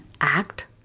act